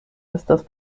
estas